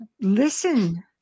listen